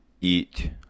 eat